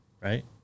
right